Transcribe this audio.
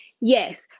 yes